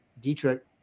Dietrich